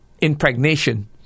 impregnation